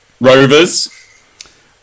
Rovers